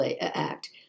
act